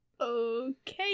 Okay